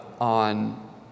on